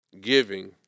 giving